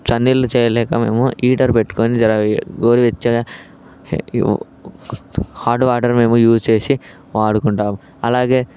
చన్నీళ్ళు చేయలేక మేము హీటర్ పెట్టుకోని జర గోరువెచ్చగా హాట్ వాటర్ మేము యూజ్ చేసి వాడుకుంటాము అలాగే